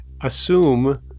Assume